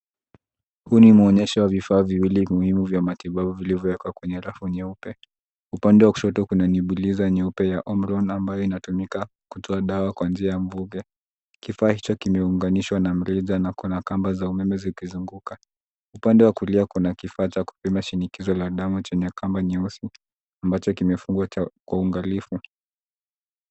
Huu ni mwonyesho wa vifaa viwili muhimu vya matibabu vilivyowekwa kwenye rafu nyeupe. Upande wa kushoto kuna nibuliza nyeupe ya omron ambayo inatumika kutoa dawa kwa njia ya mvuke. Kifaa hicho kimeunganishwa na mrija na kuna kamba za umeme zikizunguka. Upande wa kulia kuna kifaa cha kupima shinikizo la damu chenye kamba nyeusi ambacho kimefungwa kwa uangalifu.